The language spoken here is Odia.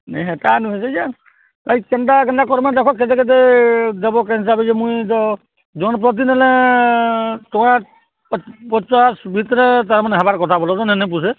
ନାଇ ହେଟା ନୁହେସେ ଯେ ବାକି କେନ୍ତା କେନ୍ତା କର୍ମା ଦେଖ କେତେ କେତେ ଦେବ କେନ୍ ହିସାବେ ଯେ ମୁଇଁ ତ ଜନ୍ ପ୍ରତି ନେଲେ ଟଙ୍କା ପଚାଶ ଭିତ୍ରେ ତା'ର୍ମାନେ ହେବାର୍ କଥା ବଲ ତ ନେହେଲେ ନାଇ ପୁଶେ